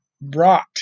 brought